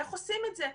איך עושים את זה.